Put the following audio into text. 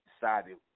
decided